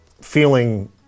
feeling